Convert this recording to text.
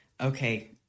okay